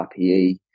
RPE